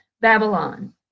Babylon